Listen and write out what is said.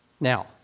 Now